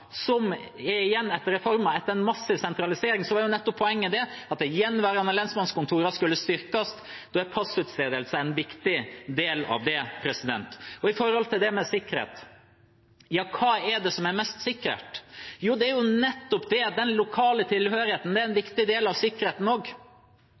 som er igjen etter reformen? Etter en massiv sentralisering var poenget nettopp at de gjenværende lensmannskontorene skulle styrkes. Passutstedelse er en viktig del av det. Når det gjelder sikkerhet: Hva er det som er mest sikkert? Nettopp den lokale tilhørigheten er en